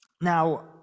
Now